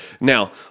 Now